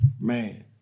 Man